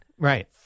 Right